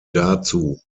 dazu